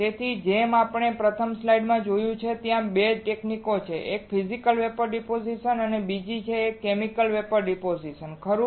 તેથી જેમ આપણે પ્રથમ સ્લાઇડમાં જોયું છે ત્યાં 2 તકનીકો છે એક ફિઝિકલ વેપોર ડીપોઝીશન અને બીજી એક કેમિકલ વેપોર ડીપોઝીશન છે ખરું